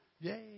Yay